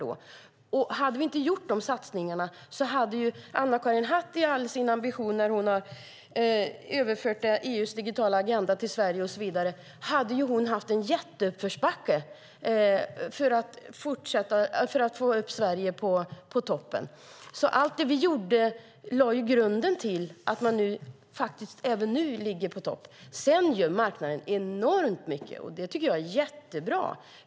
Och hade vi inte gjort nämnda satsningar hade Anna-Karin Hatt med alla sina ambitioner med att överföra EU:s digitala agenda till Sverige och så vidare haft en enorm uppförsbacke för att få upp Sverige på toppen. Allt det vi gjorde lade grunden till att Sverige även nu ligger på topp. Marknaden gör enormt mycket. Det tycker jag är jättebra.